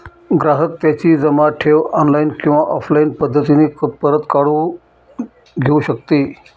ग्राहक त्याची जमा ठेव ऑनलाईन किंवा ऑफलाईन पद्धतीने परत काढून घेऊ शकतो